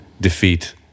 defeat